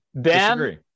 disagree